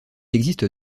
existe